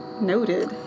noted